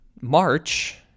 March